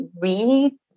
read